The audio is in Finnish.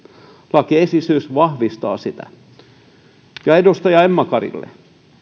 lakiesitys vahvistaa sitä edustaja emma karille